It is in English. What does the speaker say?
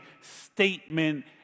statement